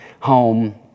home